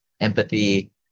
empathy